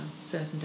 certain